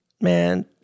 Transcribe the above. Man